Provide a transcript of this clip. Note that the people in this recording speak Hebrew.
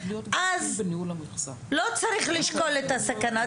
אז לא צריך לשקול את הסכנה,